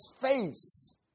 face